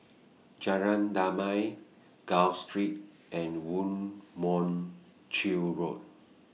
Jalan Damai Gul Street and Woo Mon Chew Road